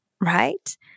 right